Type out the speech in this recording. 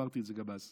אמרתי את זה גם אז,